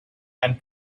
and